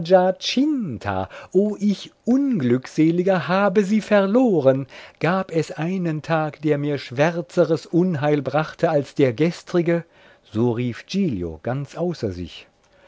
o ich unglückseliger habe sie verloren gab es einen tag der mir schwärzeres unheil brachte als der gestrige so rief giglio ganz außer sich